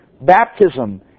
baptism